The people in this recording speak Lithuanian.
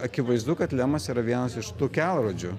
akivaizdu kad lemas yra vienas iš tų kelrodžių